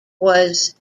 was